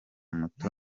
muto